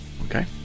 okay